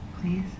Please